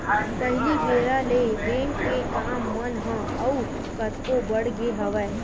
पहिली बेरा ले बेंक के काम मन ह अउ कतको बड़ गे हवय